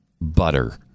butter